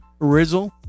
Rizzle